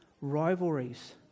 rivalries